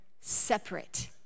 separate